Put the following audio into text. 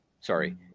sorry